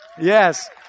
Yes